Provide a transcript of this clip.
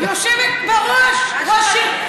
יושבת בראש ראש עיר.